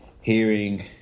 hearing